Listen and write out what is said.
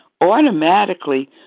automatically